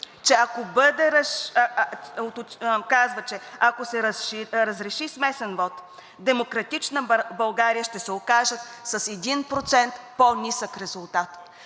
че ако се разреши смесен вот, „Демократична България“ ще се окажат с 1% по-нисък резултат.